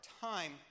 time